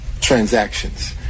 transactions